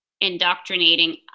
indoctrinating